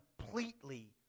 completely